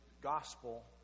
gospel